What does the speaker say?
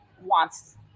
wants